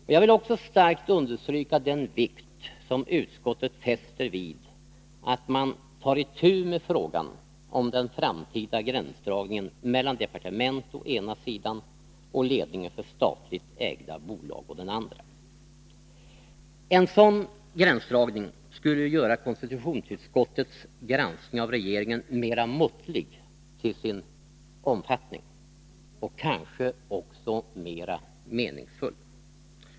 Jag vill också starkt understryka den vikt som utskottet fäster vid att man tar itu med frågan om den framtida gränsdragningen mellan departement å ena sidan och ledningen för statligt ägda bolag å den andra. En sådan gränsdragning skulle göra konstitutionsutskottets granskning av regeringen mera måttlig till sin omfattning och kanske också mera meningsfull.